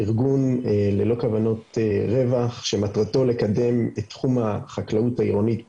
ארגון ללא מטרות רווח שמטרתו לקדם את תחום החקלאות העירונית בישראל.